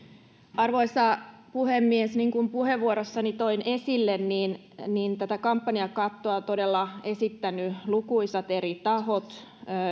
arvoisa puhemies niin kuin puheenvuorossani toin esille tätä kampanjakattoa ovat todella esittäneet lukuisat eri tahot